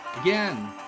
Again